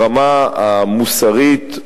ברמה המוסרית,